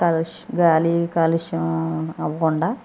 కలుష్ గాలి కాలుష్యం అవకుండా